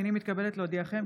הינני מתכבדת להודיעכם,